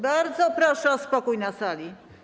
Bardzo proszę o spokój na sali.